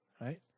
Right